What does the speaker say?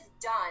done